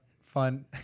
fun